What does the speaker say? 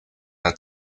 der